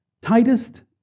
tightest